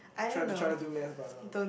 try trying to do math but no